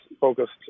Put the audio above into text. focused